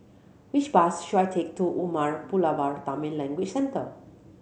which bus should I take to Umar Pulavar Tamil Language Centre